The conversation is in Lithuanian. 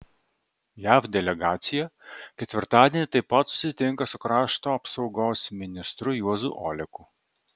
jav delegacija ketvirtadienį taip pat susitinka su krašto apsaugos ministru juozu oleku